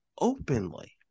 openly